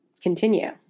continue